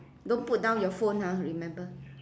don't put down your phone ah remember